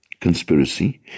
conspiracy